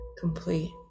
complete